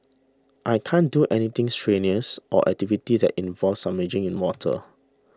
I can't do anything strenuous or activities that involve submerging in water